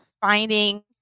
finding